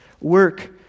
work